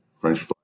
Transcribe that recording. French